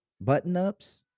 button-ups